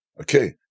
okay